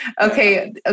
okay